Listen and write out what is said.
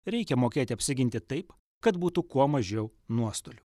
reikia mokėti apsiginti taip kad būtų kuo mažiau nuostolių